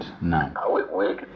now